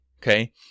okay